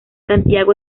santiago